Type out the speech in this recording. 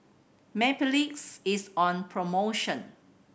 Mepilex is on promotion